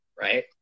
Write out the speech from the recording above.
right